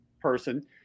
person